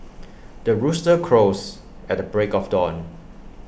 the rooster crows at the break of dawn